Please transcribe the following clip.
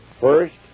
First